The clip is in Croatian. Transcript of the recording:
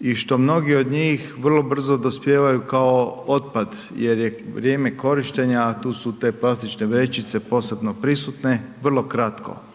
i što mnogi od njih vrlo brzo dospijevaju kao otpad jer je vrijeme korištenja, a tu su te plastične vrećice posebno prisutne, vrlo kratko.